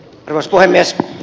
arvoisa puhemies